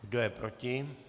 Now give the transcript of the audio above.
Kdo je proti?